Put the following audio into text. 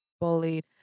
bullied